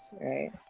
right